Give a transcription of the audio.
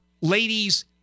ladies